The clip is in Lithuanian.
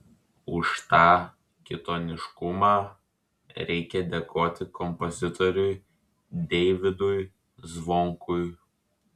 už tą kitoniškumą reikia dėkoti kompozitoriui deividui zvonkui